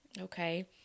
Okay